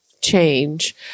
change